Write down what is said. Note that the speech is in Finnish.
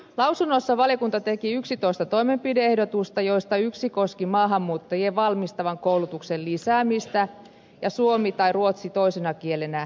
lausunnossa valiokunta teki yksitoista toimenpide ehdotusta joista yksi koski maahanmuuttajien valmistavan koulutuksen lisäämistä ja suomi tai ruotsi toisena kielenä opetusta